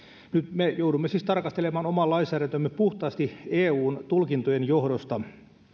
me joudumme siis tarkastelemaan oman lainsäädäntömme puhtaasti eun tulkintojen johdosta